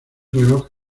reloj